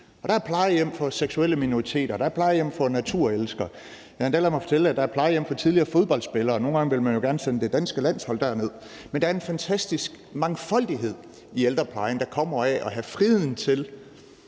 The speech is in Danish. Der er plejehjem for seksuelle minoriteter, der er plejehjem for naturelskere, og jeg har endda ladet mig fortælle, at der er plejehjem for tidligere fodboldspillere – nogle gange ville man jo gerne sende det danske landshold derned. Men der er en fantastisk mangfoldighed i ældreplejen, der kommer af at have friheden til